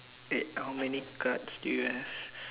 eh how many cards do you have